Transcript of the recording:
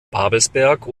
babelsberg